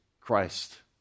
Christ